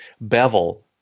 bevel